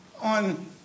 on